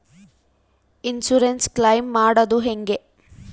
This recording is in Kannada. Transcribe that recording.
ಇನ್ಸುರೆನ್ಸ್ ಕ್ಲೈಮ್ ಮಾಡದು ಹೆಂಗೆ?